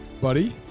buddy